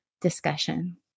discussion